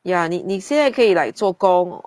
ya 你你现在可以 like 作工